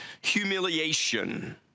humiliation